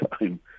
time